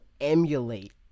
emulate